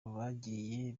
bagiye